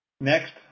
Next